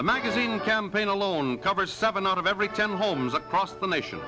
the magazine campaign alone covers seven out of every ten homes across the nation